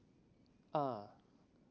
ah